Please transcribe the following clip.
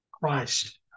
Christ